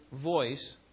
voice